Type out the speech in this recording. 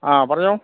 ആ പറഞ്ഞോ